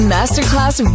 Masterclass